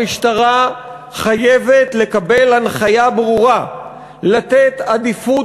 המשטרה חייבת לקבל הנחיה ברורה לתת עדיפות